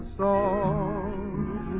songs